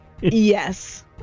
yes